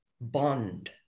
bond